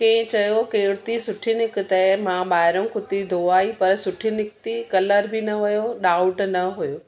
कंहिं चयो कुर्ती सुठी निकतइ मां ॿाइरो कुर्ती धोराई उअ सुठी निकिती कलर बि न वयो डाउट न हुयो